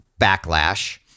backlash